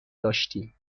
داشتیم